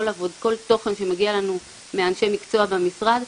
כל תוכן שמגיע אלינו מאנשי מקצוע במשרד,